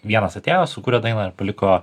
vienas atėjo sukūrė dainą ir paliko